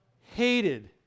hated